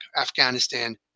afghanistan